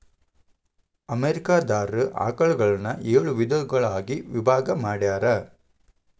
America ದಾರ ಆಕಳುಗಳನ್ನ ಏಳ ವಿಧದೊಳಗ ವಿಭಾಗಾ ಮಾಡ್ಯಾರ